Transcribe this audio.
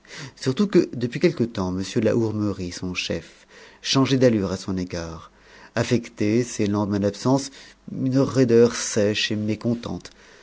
surtout que depuis quelque temps m de la hourmerie son chef changeait d'allures à son égard affectait ses lendemains d'absence une raideur sèche et mécontente